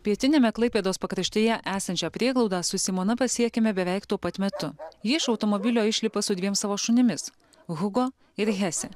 pietiniame klaipėdos pakraštyje esančią prieglaudą su simona pasiekėme beveik tuo pat metu ji iš automobilio išlipa su dviem savo šunimis hugo ir hese